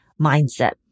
mindset